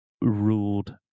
ruled